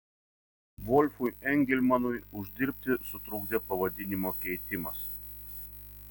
volfui engelmanui uždirbti sutrukdė pavadinimo keitimas